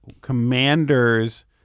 commander's